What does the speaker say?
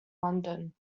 london